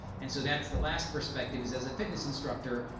and so that's the last perspective is as a fitness instructor,